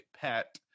pet